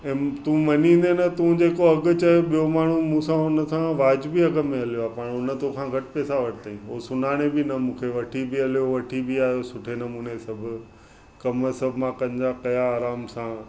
तू मञिदे न तू जेको अघि चए ॿियो माण्हू मूं सां उन सां वाजिबी अघि में हलियो पाण उन तोखा घटि पेसा वरितई हो सुञाणे बि न मूंखे वठी बि हलियो वठी बि आयो सुठे नमूने सभु कमु सभु मां पंहिंजा कया आराम सां